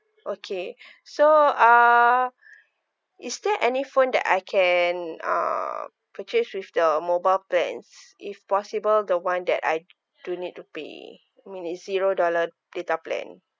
okay so uh is there any phone that I can uh purchase with the mobile plans if possible the one that I don't need to pay meaning zero dollar data plan